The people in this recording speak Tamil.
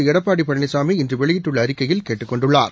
எடப்பாடி பழனிசாமி இன்று வெளியிட்டுள்ள அறிக்கையில் கேட்டுக் கொண்டுள்ளார்